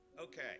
Okay